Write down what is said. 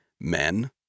men